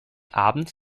abends